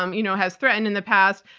um you know has threatened in the past.